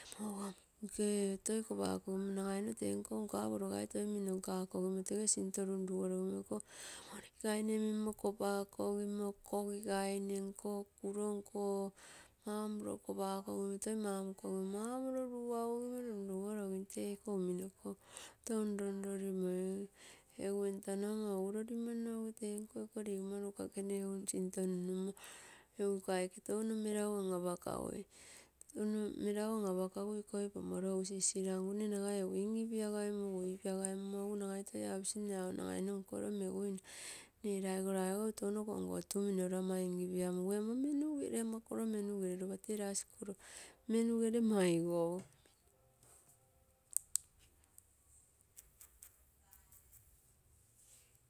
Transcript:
Mugo munke toi kopa kogimo nagaimo tenko nka poro gai toi mimmo tege sinto iko, ponikegaine mimo kopakogino kogi gaine nko kuronko mau morilo kopakogino toi mamokonino mau ruaugogimo runru gorogim tee iko unimo touno lonlorimoim egu entano amm egu lorimonno, egu entano amo egu lorimonno tee nko ugogama rukagene egu sinto nunnummo egu iko aike touno melagu an-apa kagui touno melagu an-apakui ikoi pomoro egusisira ngu mne nagai egu in-ipiagaimui, ipi agaimumo nagai toi aposi mne nagai toi nkolo meigoina, ee raigoro aigou touno kon otuminara. Ama in-ipiamugui, ama menugere ama kolo menugere lopa tee lasi kolo menuge re maigou.